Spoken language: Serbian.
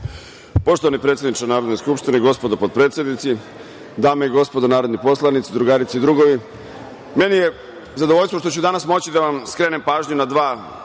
Poštovani predsedniče Narodne Skupštine, gospodo potpredsednici, dame i gospodo narodni poslanici, drugarice i drugovi, meni je zadovoljstvo što ću danas moći da vam skrenem pažnju na dva